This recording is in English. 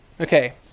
Okay